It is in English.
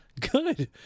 Good